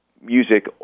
music